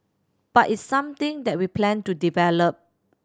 but it's something that we plan to develop